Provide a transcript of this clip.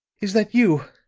is that you!